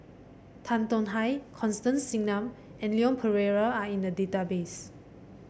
Tan Tong Hye Constance Singam and Leon Perera are in the database